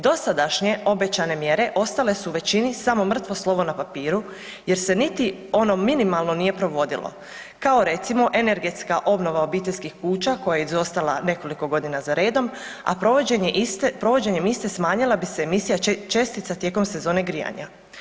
Dosadašnje obećane mjere ostale su većini samo mrtvo slovo na papiru jer se niti ono minimalno nije provodilo, kao recimo, energetska obnova obiteljskih kuća koje je izostala nekoliko godina za redom, a provođenjem iste smanjila bi se emisija čestica tijekom sezone grijanja.